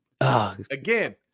again